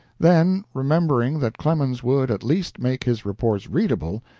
then, remembering that clemens would, at least, make his reports readable,